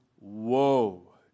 woe